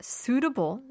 suitable